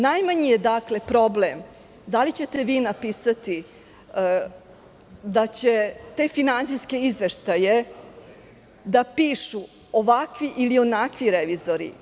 Najmanji je problem da li ćete vi napisati da će te finansijske izveštaje da pišu ovakvi ili onakvi revizori.